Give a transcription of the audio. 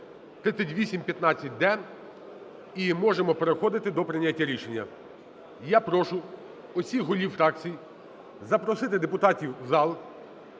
3815-д і можемо переходити до прийняття рішення. Я прошу всіх голів фракцій запросити депутатів у зал,